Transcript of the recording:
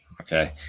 Okay